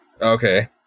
Okay